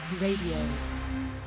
Radio